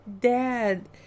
dad